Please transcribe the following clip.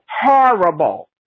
Horrible